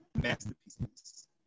masterpieces